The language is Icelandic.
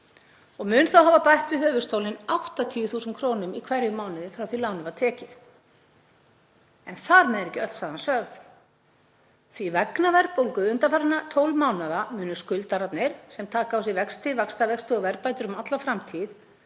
og mun þá hafa bætt við höfuðstólinn 80.000 kr. í hverjum mánuði frá því að lánið var tekið. Þar með er ekki öll sagan sögð því að vegna verðbólgu undanfarinna 12 mánaða munu skuldararnir, sem taka á sig vexti, vaxtavexti og verðbætur um alla framtíð,